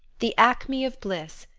the acme of bliss,